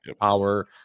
power